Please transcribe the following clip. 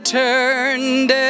turned